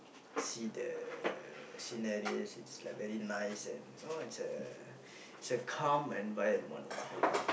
see the sceneries it's like very nice and know it's uh it's a calm environment lah